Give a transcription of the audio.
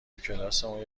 توکلاسمون